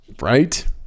right